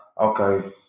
Okay